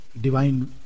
divine